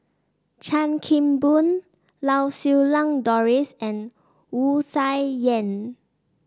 Chan Kim Boon Lau Siew Lang Doris and Wu Tsai Yen